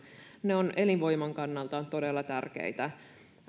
ne ovat elinvoiman kannalta todella tärkeitä